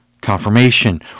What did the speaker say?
confirmation